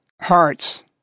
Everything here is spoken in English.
hearts